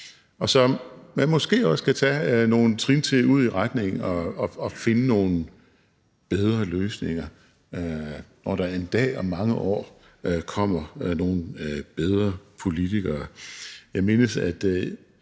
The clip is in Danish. og så man måske også kan tage nogle trin i retning af at finde nogle bedre løsninger, når der en dag om mange år kommer nogle bedre politikere. Jeg mindes,